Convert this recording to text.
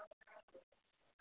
ना